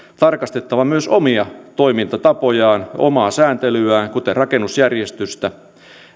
tarkistettava myös omia toimintatapojaan ja omaa sääntelyään kuten rakennusjärjestystä